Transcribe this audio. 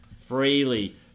freely